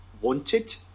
wanted